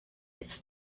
its